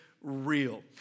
real